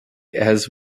has